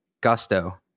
gusto